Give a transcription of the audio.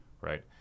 right